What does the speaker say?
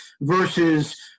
versus